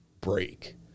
break